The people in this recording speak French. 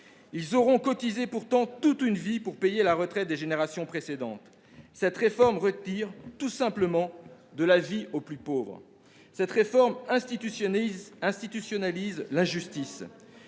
Ils auront cotisé pourtant toute une vie pour payer la retraite des générations précédentes. Cette réforme retire tout simplement de la vie aux plus pauvres. Elle institutionnalise l'injustice.